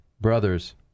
brothers